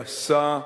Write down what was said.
גסה,